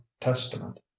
testament